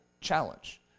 challenge